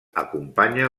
acompanya